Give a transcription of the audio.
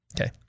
Okay